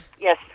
Yes